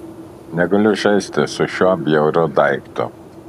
negaliu žaisti su šiuo bjauriu daiktu